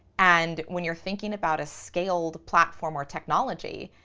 and when you're thinking about a scaled platform or technology,